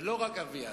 ולא רק ערביי עזה,